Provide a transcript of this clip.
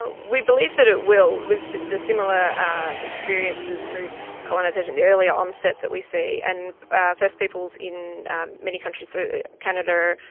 ah we believe that it will. the similar experiences through colonisation, the earlier onset that we see, and first peoples in many countries, so canada,